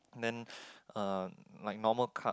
then uh like normal car